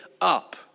up